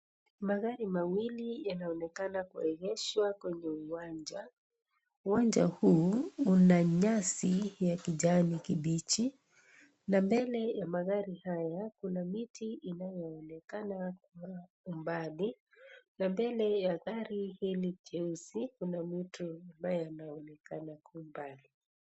Magari mawili yanaonekana kuendeshwa kwenye uwanja. Uwanja huu kuna nyasi ya kijani kibichi. Na mbele ya magari haya, kuna miti inaonekana Kwa mbali. Na mbele ya gari hili cheusi, kuna mtu ambaye anaonekana Kwa umbali.